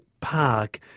Park